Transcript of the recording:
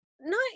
no